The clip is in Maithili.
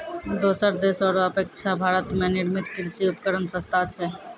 दोसर देशो रो अपेक्षा भारत मे निर्मित कृर्षि उपकरण सस्ता छै